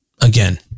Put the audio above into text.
again